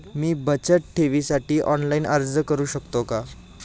मी बचत ठेवीसाठी ऑनलाइन अर्ज करू शकतो का?